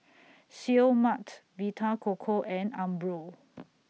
Seoul Mart Vita Coco and Umbro